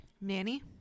nanny